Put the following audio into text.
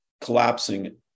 collapsing